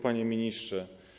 Panie Ministrze!